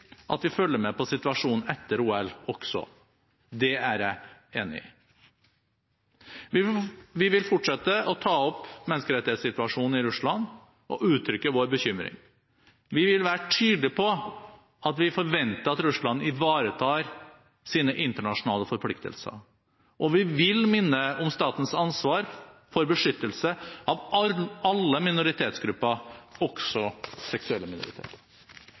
at vi også følger med på situasjonen etter OL. Det er jeg enig i. Vi vil fortsette å ta opp menneskerettighetssituasjonen i Russland og uttrykke vår bekymring. Vi vil være tydelige på at vi forventer at Russland ivaretar sine internasjonale forpliktelser. Og vi vil minne om statens ansvar for beskyttelse av alle minoritetsgrupper, også